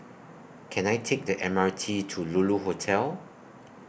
Can I Take The M R T to Lulu Hotel